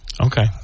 Okay